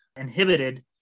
inhibited